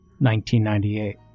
1998